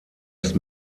ist